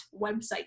website